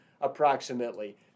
approximately